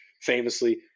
famously